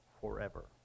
forever